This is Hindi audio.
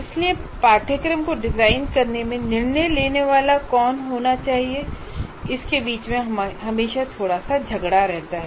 इसलिए पाठ्यक्रम को डिजाइन करने में निर्णय लेने वाला कौन होना चाहिए इसके बीच हमेशा थोड़ा सा झगड़ा होता है